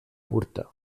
curta